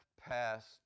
passed